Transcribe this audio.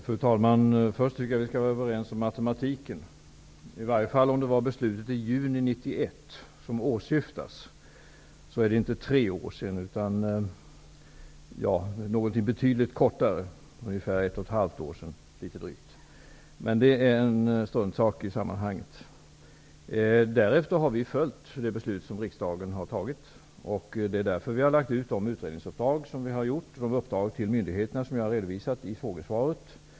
Fru talman! Först tycker jag att vi skall vara överens om matematiken -- i varje fall om det var beslutet i juni 1991 som åsyftades. Det är alltså inte tre år sedan utan betydligt kortare tid, drygt ett och ett halvt år sedan, som det är fråga om. Men det är en struntsak i sammanhanget. Vi har följt det beslut som riksdagen har fattat. Det är därför vi har lagt ut utredningsuppdragen till myndigheterna, som jag har redovisat i frågesvaret.